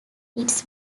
its